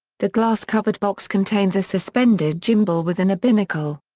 the glass-covered box contains a suspended gimbal within a binnacle.